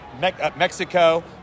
Mexico